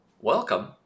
welcome